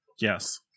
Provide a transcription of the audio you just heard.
Yes